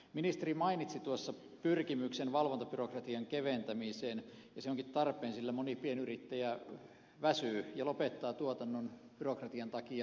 ministeri mainitsi pyrkimyksen valvontabyrokratian keventämiseen ja se onkin tarpeen sillä moni pienyrittäjä väsyy ja lopettaa tuotannon byrokratian takia